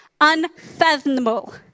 Unfathomable